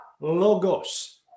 logos